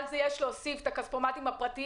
ועל זה יש להוסיף את הכספומטים הפרטיים,